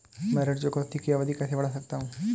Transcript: मैं ऋण चुकौती की अवधि कैसे बढ़ा सकता हूं?